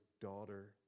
daughter